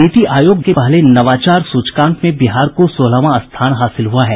नीति आयोग द्वारा जारी पहले नवाचार सूचकांक में बिहार को सोलहवां स्थान हासिल हुआ है